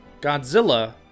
Godzilla